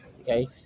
okay